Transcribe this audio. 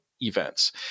events